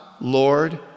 Lord